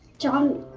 john,